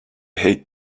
hate